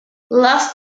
lost